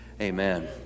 Amen